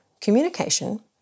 communication